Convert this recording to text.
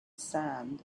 sand